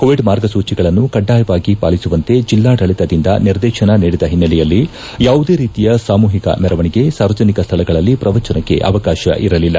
Covid ಮಾರ್ಗಸೂಚಿಗಳನ್ನು ಕಡ್ಡಾಯವಾಗಿ ಪಾಲಿಸುವಂತೆ ಜಿಲ್ಲಾಡಳತದಿಂದ ನಿರ್ದೇತನ ನೀಡಿದ ಹಿನ್ನೆಲೆಯಲ್ಲಿ ಯಾವುದೇ ರೀತಿಯ ಸಾಮೂಹಿಕ ಮೆರವಣಿಗೆ ಸಾರ್ವಜನಿಕ ಸ್ಥಳಗಳಲ್ಲಿ ಪ್ರವಚನಕ್ಕೆ ಅವಕಾಶ ಇರಲಲ್ಲ